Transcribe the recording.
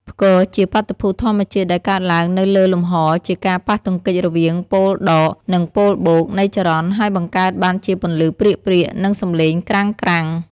ផ្គរ ជាបាតុភូតធម្មជាតិដែលកើតឡើងនៅលើលំហជាការ ប៉ះទង្គិចរវាងប៉ូលដក និងប៉ូលបូកនៃចរន្តហើយបង្កើតបានជាពន្លឺព្រាកៗនិងសំឡេងក្រាំងៗ។